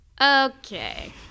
Okay